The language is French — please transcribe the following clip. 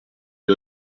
une